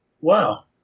Wow